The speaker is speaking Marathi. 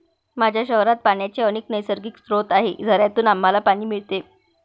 माझ्या शहरात पाण्याचे अनेक नैसर्गिक स्रोत आहेत, झऱ्यांतून आम्हाला पाणी मिळते